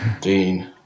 Dean